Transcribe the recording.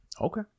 Okay